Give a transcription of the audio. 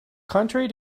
contrary